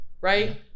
Right